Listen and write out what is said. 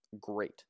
great